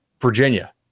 Virginia